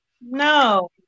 no